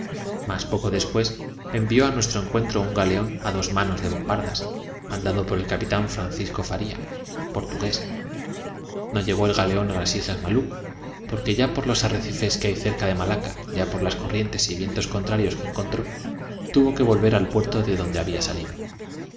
mas poco después envió a nuestro encuentro un galeón a dos manos de bombardas mandado por el capitán francisco faría portugués no llegó el galeón a las islas malucco porque ya por los arrecifes que hay cerca de malaca ya por las corrientes y vientos contrarios que encontró tuvo que volver al puerto de donde había salido